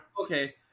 okay